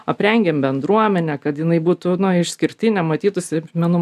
aprengėm bendruomenę kad jinai būtų na išskirtinė matytųsi menų